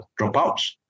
dropouts